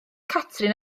catrin